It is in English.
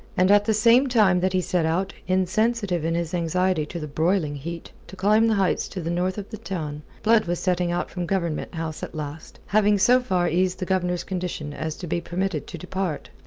and at the same time that he set out, insensitive in his anxiety to the broiling heat, to climb the heights to the north of the town, blood was setting out from government house at last, having so far eased the governor's condition as to be permitted to depart.